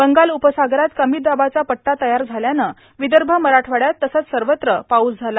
बंगाल उपसागरात कमी दाबाचा पट्टा तयार झाल्यानं विदर्भ मराठवाड्यात तसंच सर्वत्र पाऊस झाला